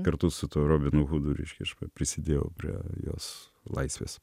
kartu su robinu hudu reiškia aš prisidėjau prie jos laisvės